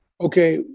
Okay